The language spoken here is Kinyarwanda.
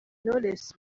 knowless